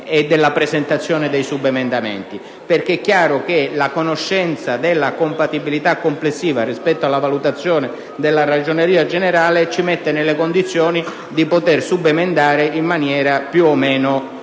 infatti, che la conoscenza della compatibilità complessiva che emerge dalla valutazione della Ragioneria generale ci metterebbe nelle condizioni di subemendare in maniera più o meno efficace.